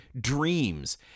dreams